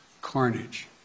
carnage